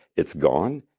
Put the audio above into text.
it's gone.